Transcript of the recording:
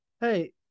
Hey